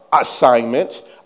Assignment